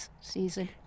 season